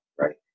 right